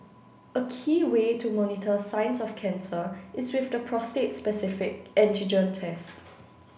a key way to monitor signs of cancer is with the prostate specific antigen test